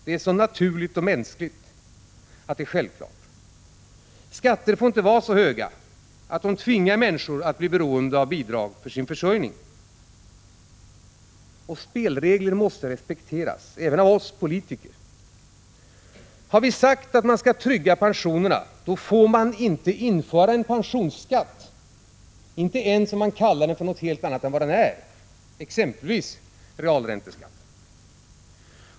Det är så naturligt och mänskligt att det är självklart. Skatterna får inte vara så höga att de tvingar människor att bli beroende av bidrag för sin försörjning. Spelregler måste respekteras, även av oss politiker. Har man sagt att man skall trygga pensionerna, då får man inte införa en pensionsskatt, inte ens om man kallar den för någonting helt annat, exempelvis realränteskatt.